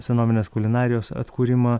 senovinės kulinarijos atkūrimą